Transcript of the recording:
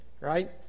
Right